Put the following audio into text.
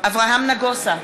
אברהם נגוסה,